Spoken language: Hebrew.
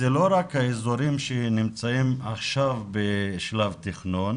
זה לא רק מהאזורים שנמצאים עכשיו בשלב תכנון,